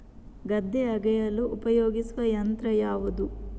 ಗದ್ದೆ ಅಗೆಯಲು ಉಪಯೋಗಿಸುವ ಯಂತ್ರ ಯಾವುದು?